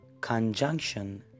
conjunction